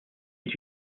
est